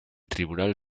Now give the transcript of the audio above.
tribunal